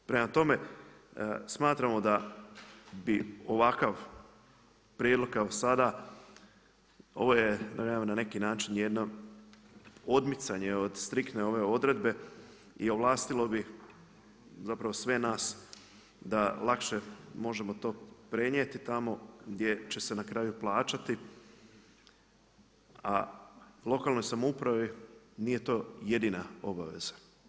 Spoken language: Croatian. Prema tome, smatramo da vi ovakav prijedlog kao sada, ovo je na neki način jedno odmicanje od striktne ove odredbe i ovlastilo bi sve nas da lakše možemo to prenijeti tamo gdje će se na kraju plaćati, a lokalnoj samoupravi nije to jedina obaveza.